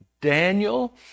Daniel